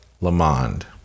Lamond